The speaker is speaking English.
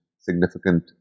significant